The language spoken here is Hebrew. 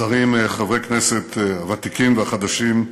שרים, חברי הכנסת הוותיקים והחדשים,